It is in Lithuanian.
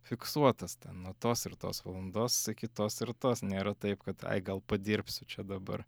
fiksuotas nuo tos ir tos valandos iki tos ir tos nėra taip kad ai gal padirbsiu čia dabar